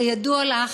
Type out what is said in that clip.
כידוע לך,